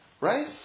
right